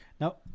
Now